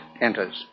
enters